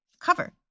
cover